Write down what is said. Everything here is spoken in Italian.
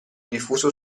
diffuso